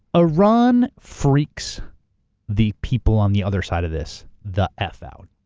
iran freaks the people on the other side of this the f out.